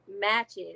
matches